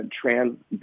trans